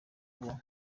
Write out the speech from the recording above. kubaho